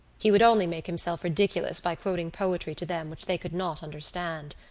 he would only make himself ridiculous by quoting poetry to them which they could not understand.